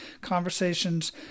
conversations